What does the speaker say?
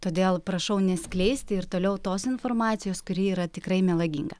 todėl prašau neskleisti ir toliau tos informacijos kuri yra tikrai melaginga